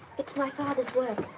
it's my father's work.